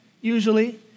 Usually